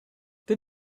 they